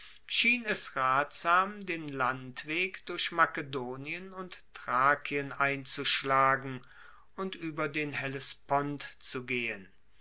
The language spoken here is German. es ratsam den landweg durch makedonien und thrakien einzuschlagen und ueber den hellespont zu gehen